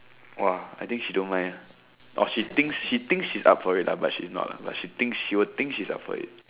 !wah! I think she don't mind ah or she thinks she thinks she's up for it lah but she's not lah but she thinks she will think she's up for it